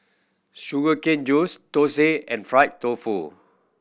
sugar cane juice thosai and fried tofu